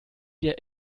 wir